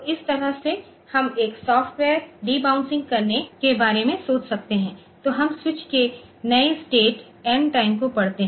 तो इस तरह से हम एक सॉफ्टवेयर डिबॉन्शिंग करने के बारे में सोच सकते हैं तो हम स्विच के नए स्टेट एन टाइम को पढ़ते हैं